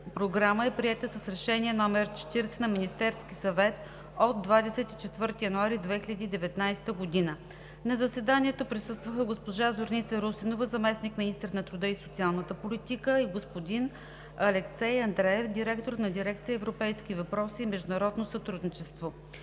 програма е приета с Решение № 40 на Министерския съвет от 24 януари 2019 г. На заседанието присъстваха: госпожа Зорница Русинова – заместник-министър на труда и социалната политика, и господин Алексей Андреев – директор на дирекция „Европейски въпроси и международно сътрудничество“.